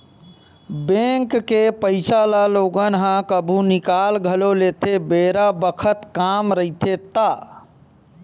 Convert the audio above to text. bank के पइसा ल लोगन ह कभु निकाल घलो लेथे बेरा बखत काम रहिथे ता